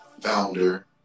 founder